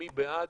מי בעד?